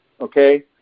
Okay